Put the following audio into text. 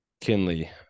Kinley